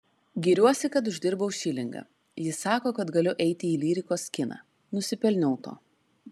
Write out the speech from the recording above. giriuosi kad uždirbau šilingą ji sako kad galiu eiti į lyrikos kiną nusipelniau to